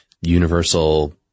universal